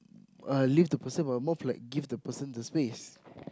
uh leave the person but more of like give the person the space